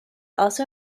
also